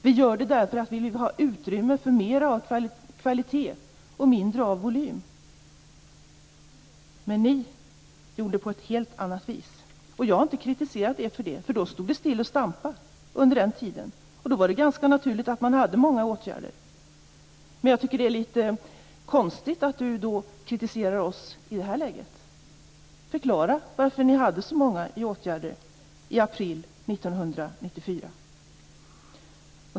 Vi gör det därför att vi vill ha utrymme för mer av kvalitet och mindre av volym. Ni gjorde på ett helt annat vis. Jag har inte kritiserat er för det, eftersom det under den tiden stod still och stampade och därför var ganska naturligt med många åtgärder. Men det är med tanke på detta litet konstigt att Per Unckel kritiserar oss i det här läget. Förklara varför ni hade så många i åtgärder i april 1994!